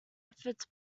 efforts